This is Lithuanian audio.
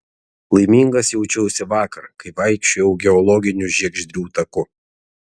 laimingas jaučiausi vakar kai vaikščiojau geologiniu žiegždrių taku